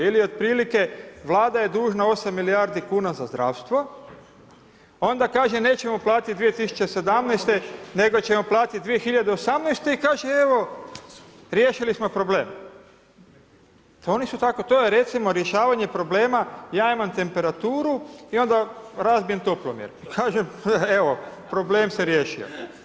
Ili otprilike, Vlada je dužna osam milijardi kuna za zdravstvo, onda kaže nećemo platiti 2017. nego ćemo platiti 2018. i kaže evo riješili smo problem. to je recimo rješavanje problema ja imam temperaturu i onda razbijem toplomjer, kažem evo problem se riješio.